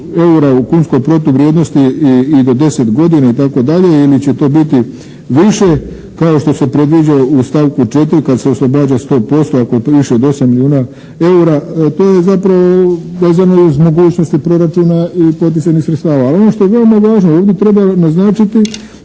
eura u kunskoj protuvrijednosti i do 10 godina itd. ili će to biti više kao što se predviđa u stavku 4. ka se oslobađa 100% ako je … /Ne razumije se./ … od 8 milijuna eura. To je zapravo vezano i uz mogućnosti proračuna i poticajnih sredstava. Ali ono što je veoma važno. Ovdje treba naznačiti